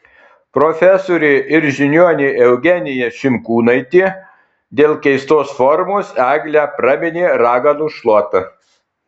profesorė ir žiniuonė eugenija šimkūnaitė dėl keistos formos eglę praminė raganų šluota